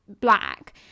black